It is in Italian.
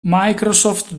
microsoft